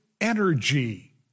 energy